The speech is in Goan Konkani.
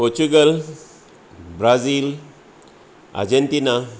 पोर्तुगाल ब्राझील आर्जेन्टिना